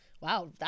Wow